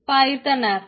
Python app